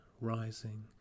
rising